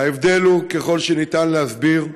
ההבדל, ככל שניתן להסביר,